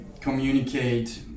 communicate